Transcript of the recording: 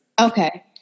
Okay